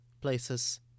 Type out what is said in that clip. Places